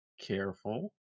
careful